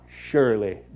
surely